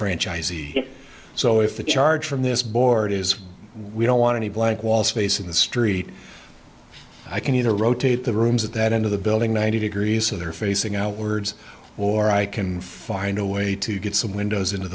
franchisee so if the charge from this board is we don't want any blank wall space in the street i can either rotate the rooms at that end of the building ninety degrees so they're facing outwards or i can find a way to get some windows into